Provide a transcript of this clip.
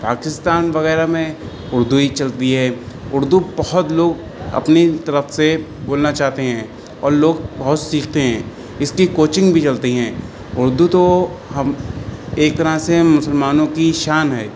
پاکستان وغیرہ میں اردو ہی چلتی ہے اردو بہت لوگ اپنی طرف سے بولنا چاہتے ہیں اور لوگ بہت سیکھتے ہیں اس کی کوچنگ بھی چلتی ہیں اردو تو ہم ایک طرح سے مسلمانوں کی شان ہے